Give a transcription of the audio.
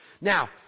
Now